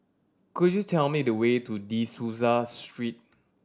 could you tell me the way to De Souza Street